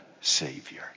Savior